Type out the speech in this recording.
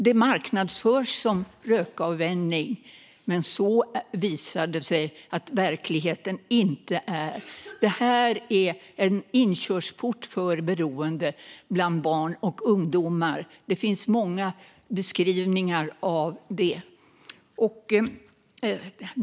Det marknadsförs som rökavvänjning, men det visar sig att verkligheten inte är sådan. Detta är en inkörsport till beroende bland barn och ungdomar. Det finns många beskrivningar av det.